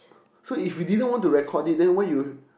so if we didn't want to record it then why you